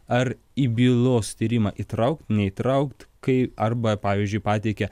ar į bylos tyrimą įtraukt neįtraukt kai arba pavyzdžiui pateikia